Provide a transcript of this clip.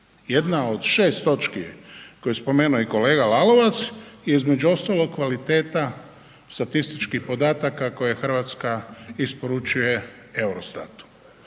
jedna od 6 točki koju je spomenuo i kolega Lalovac je između ostalog kvaliteta statističkih podataka koje Hrvatska isporučuje Eurostatu.